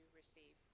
receive